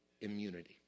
Immunity